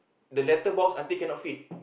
the letterbox until cannot fit